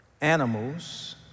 Animals